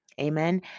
amen